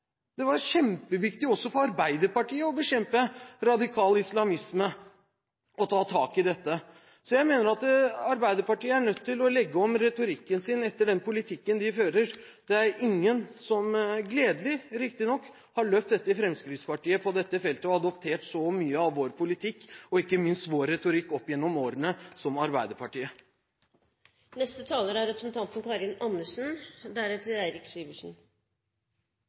det? Jo, det var Martin Kolberg. Det var kjempeviktig – også for Arbeiderpartiet – å bekjempe radikal islamisme og ta tak i dette. Jeg mener at Arbeiderpartiet er nødt til å legge om retorikken sin etter den politikken de fører. Det er ingen som opp gjennom årene – gledelig riktignok – har løpt etter Fremskrittspartiet på dette feltet og adoptert så mye av vår politikk, ikke minst vår retorikk, som Arbeiderpartiet.